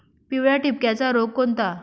पिवळ्या ठिपक्याचा रोग कोणता?